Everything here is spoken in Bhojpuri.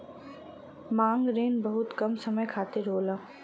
मांग रिन बहुत कम समय खातिर होला